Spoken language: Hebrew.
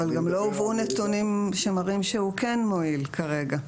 אבל גם לא הובאו נתונים שמראים שהוא כן מועיל כרגע.